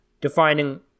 defining